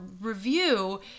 review